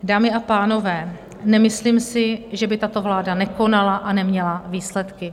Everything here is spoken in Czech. Dámy a pánové, nemyslím si, že by tato vláda nekonala a neměla výsledky.